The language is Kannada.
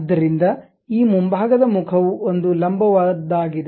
ಆದ್ದರಿಂದ ಈ ಮುಂಭಾಗದ ಮುಖವು ಒಂದು ಲಂಬವಾದದ್ದಾಗಿದೆ